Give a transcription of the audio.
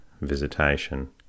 visitation